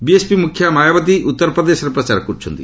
BSP ମୁଖିଆ ମାୟାବତୀ ଉତ୍ତରପ୍ରଦେଶରେ ପ୍ରଚାର କର୍ରଛନ୍ତି